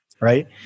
right